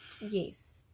Yes